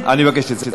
אני מבקש את סליחתך.